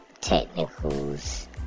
Technicals